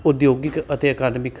ਉਦਯੋਗਿਕ ਅਤੇ ਅਕਾਦਮਿਕ